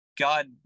God